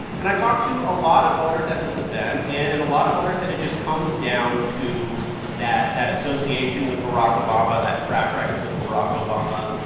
and i talked to a lot of voters at this event, and a lot of voters said it just comes down to that that association with barack obama, that track record with barack obama.